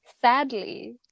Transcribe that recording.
sadly